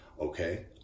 Okay